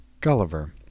Gulliver